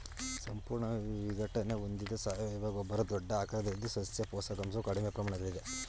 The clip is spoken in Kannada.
ಸಂಪೂರ್ಣ ವಿಘಟನೆ ಹೊಂದಿದ ಸಾವಯವ ಗೊಬ್ಬರ ದೊಡ್ಡ ಆಕಾರದಲ್ಲಿದ್ದು ಸಸ್ಯ ಪೋಷಕಾಂಶವು ಕಡಿಮೆ ಪ್ರಮಾಣದಲ್ಲಿದೆ